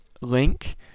link